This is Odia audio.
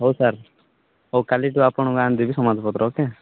ହଉ ସାର୍ ହଉ କାଲିଠୁ ଆପଣଙ୍କୁ ଆଣି ଦେବି ସମ୍ବାଦପତ୍ର ଓକେ